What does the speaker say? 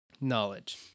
knowledge